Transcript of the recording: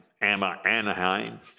Anaheim